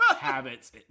habits